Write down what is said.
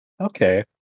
Okay